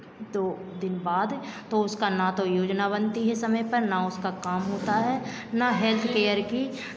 दो दिन बाद तो उसका ना तो योजना बनती है समय पर ना उसका काम होता है ना हेल्थकेयर की